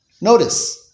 Notice